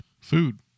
food